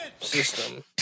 system